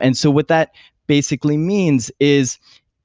and so what that basically means is